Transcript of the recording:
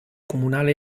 comunale